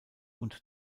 und